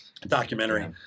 documentary